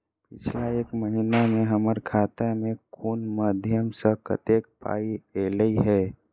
पिछला एक महीना मे हम्मर खाता मे कुन मध्यमे सऽ कत्तेक पाई ऐलई ह?